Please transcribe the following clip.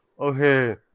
okay